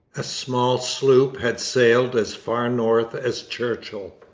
a small sloop had sailed as far north as churchill,